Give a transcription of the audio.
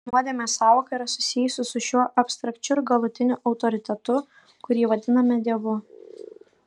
nuodėmės sąvoka yra susijusi su šiuo abstrakčiu ir galutiniu autoritetu kurį vadiname dievu